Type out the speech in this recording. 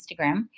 Instagram